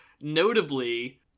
Notably